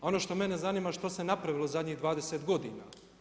Ono što me ne zanima što se napravilo u zadnjih 20 godina?